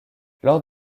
lors